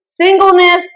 Singleness